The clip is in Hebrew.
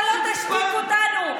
אתה לא תשתיק אותנו.